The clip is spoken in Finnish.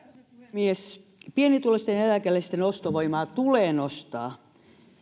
puhemies pienituloisten eläkeläisten ostovoimaa tulee nostaa